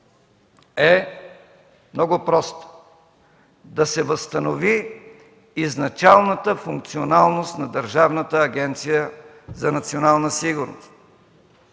е много проста – да се възстанови изначалната функционалност на Държавна агенция „Национална сигурност”,